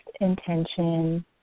intention